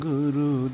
Guru